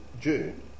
June